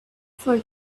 for